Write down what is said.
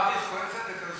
מי שמאריך כהן צדק,